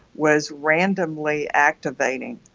was randomly activating.